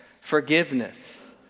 forgiveness